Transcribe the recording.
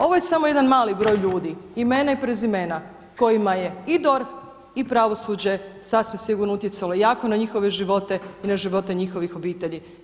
Ovo je samo jedan mali broj ljudi imena i prezimena kojima je i DORH i pravosuđe sasvim sigurno utjecalo jako na njihove živote i na živote njihovih obitelji.